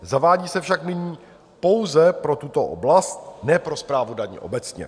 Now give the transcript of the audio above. Zavádí se však nyní pouze pro tuto oblast, ne pro správu daní obecně.